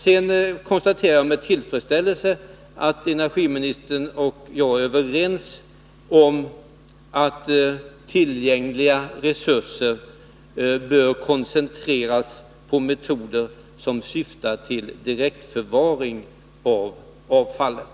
Jag konstaterar med tillfredsställelse att energiministern och jag är överens om att tillgängliga resurser bör koncentreras på metoder som syftar till direktförvaring av avfallet.